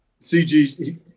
CG